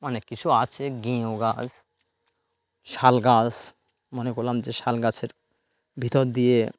অনেক কিছু আছে গেউ গাছ শালগাছ মনে করলাম যে শাল গাছের ভিতর দিয়ে